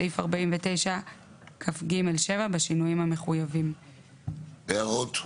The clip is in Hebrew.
סעיף 49כג(7) בשינויים המחויבים."; הערות.